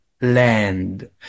Land